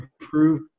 improve